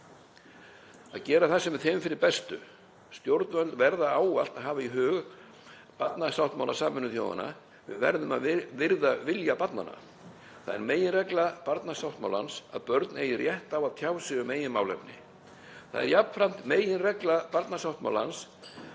að gera það sem er þeim fyrir bestu. Stjórnvöld verða ávallt hafa í hug barnasáttmála Sameinuðu þjóðanna. Við verðum að virða vilja barnanna. Það er meginregla barnasáttmálans að börn eigi rétt á að tjá sig um eigin málefni. Það er jafnframt meginregla barnasáttmálans að